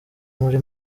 muri